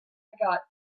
got